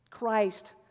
Christ